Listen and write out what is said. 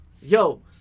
Yo